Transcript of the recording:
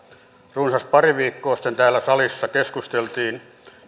runsas pari viikkoa sitten täällä salissa keskusteltiin